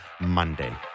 Monday